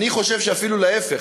אני חושב שאפילו להפך,